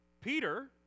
Peter